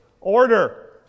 order